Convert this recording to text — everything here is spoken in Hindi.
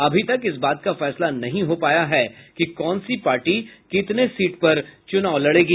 अभी तक इस बात का फैसला नहीं हो पाया है कि कौन सी पार्टी कितने सीट पर चुनाव लड़ेगी